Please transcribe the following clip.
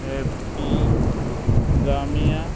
Epigamia